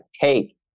take